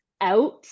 out